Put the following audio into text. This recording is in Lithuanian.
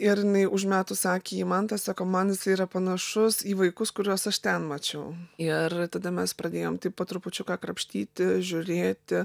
ir jinai užmetus akį į mantą sako man jis yra panašus į vaikus kuriuos aš ten mačiau ir tada mes pradėjom taip po trupučiuką krapštyti žiūrėti